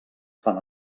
fan